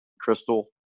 crystal